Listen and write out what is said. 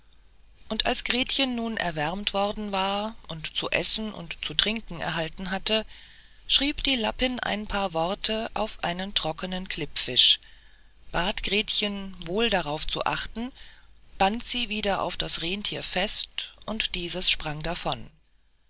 und als gretchen nun erwärmt worden war und zu essen und zu trinken erhalten hatte schrieb die lappin ein paar worte auf einen trockenen klippfisch bat gretchen wohl darauf zu achten band sie wieder auf das renntier fest und dieses sprang davon